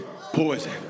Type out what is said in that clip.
Poison